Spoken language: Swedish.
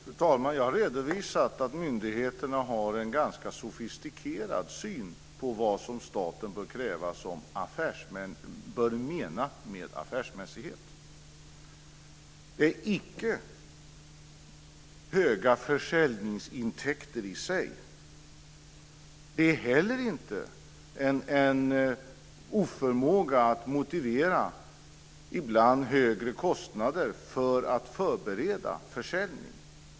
Fru talman! Jag har redovisat att myndigheterna har en ganska sofistikerad syn på vad staten bör mena med affärsmässighet. Det är icke höga försäljningsintäkter i sig. Det är heller inte en oförmåga att motivera ibland högre kostnader för att förbereda försäljning.